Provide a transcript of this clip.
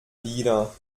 wieder